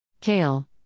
Kale